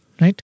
Right